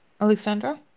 Alexandra